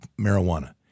marijuana